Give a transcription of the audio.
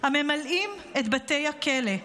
הממלאים את בתי הכלא.